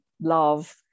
love